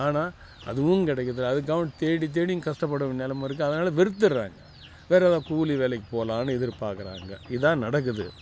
ஆனால் அதுவும் கிடைக்கிது அதுகாவ தேடி தேடி கஷ்டப்படும் நெலைமை இருக்குது அதனால் வெறுத்துடுறாங்க வேறு கூலி வேலைக்கு போகலானு எதிர் பார்க்குறாங்க இதுதான் நடக்குது